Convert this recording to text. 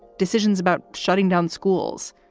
decisions about shutting down schools,